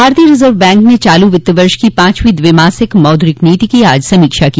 भारतीय reserve bank ने चालू वित्त वर्ष की पांचवीं द्विमासिक मौद्रिक नीति की आज समीक्षा की